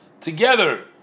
together